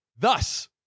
Thus